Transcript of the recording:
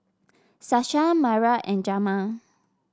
Sasha Myra and Jamar